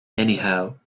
anyhow